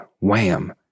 Wham